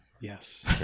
yes